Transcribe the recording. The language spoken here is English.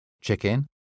Chicken